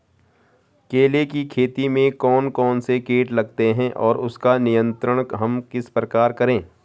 केले की खेती में कौन कौन से कीट लगते हैं और उसका नियंत्रण हम किस प्रकार करें?